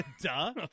Duh